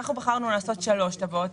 אנחנו בחרנו לעשות שלוש טבעות.